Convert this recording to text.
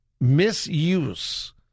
misuse